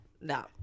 No